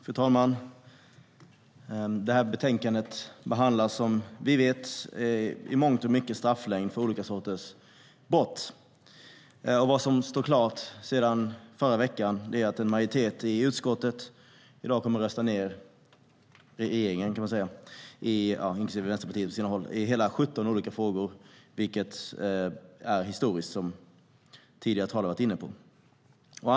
Fru talman! Betänkandet behandlar som vi vet i mångt och mycket strafflängd för olika sorters brott. Vad som står klart sedan förra veckan är att en majoritet i utskottet i dag kommer att rösta ned regeringen, inklusive Vänsterpartiet på sina håll, i hela 17 olika frågor. Det är som tidigare talare har varit inne på historiskt.